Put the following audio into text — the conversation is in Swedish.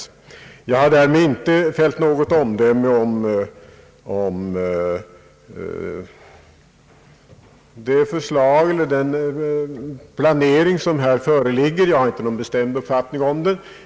Jag har som sagt därmed inte fällt något omdöme om den planering som här föreligger. Jag har inte någon bestämd uppfattning om den.